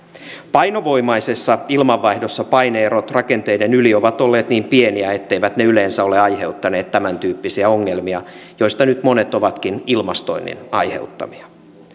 painovoimaisessa ilmanvaihdossa paine erot rakenteiden yli ovat olleet niin pieniä etteivät ne yleensä ole aiheuttaneet tämän tyyppisiä ongelmia joista nyt monet ovatkin ilmastoinnin aiheuttamia